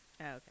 Okay